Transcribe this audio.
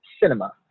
cinema